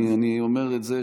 אני אומר את זה,